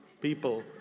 people